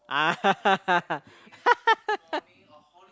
ah